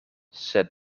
sed